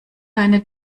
deine